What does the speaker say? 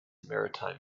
maritime